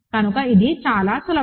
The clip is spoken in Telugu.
కనుక ఇది చాలా సులభం